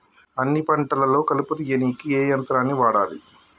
అన్ని పంటలలో కలుపు తీయనీకి ఏ యంత్రాన్ని వాడాలే?